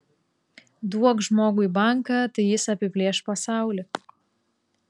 duok žmogui banką tai jis apiplėš pasaulį